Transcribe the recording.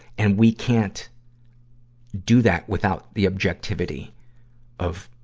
and we can't do that without the objectivity of,